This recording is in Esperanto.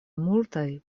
multaj